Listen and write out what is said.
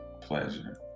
pleasure